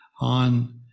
on